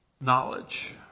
knowledge